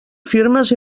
firmes